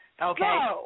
Okay